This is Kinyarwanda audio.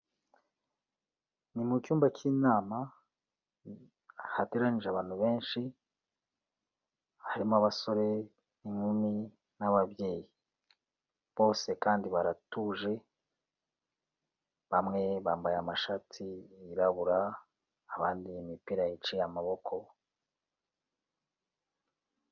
Ni mu cyumba cy'inama hateranyije abantu benshi harimo abasore n'inkumi n'ababyeyi, bose kandi baratuje bamwe bambaye amashati yirabura, abandiye imipira iciye amaboko.